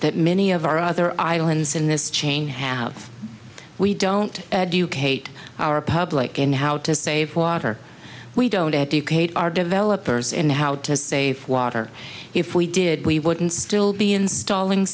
that many of our other islands in this chain have we don't educate our public in how to save water we don't educate our developers in how to save water if we did we wouldn't still be installing